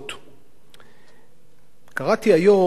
קראתי היום ששר הפנים אלי ישי,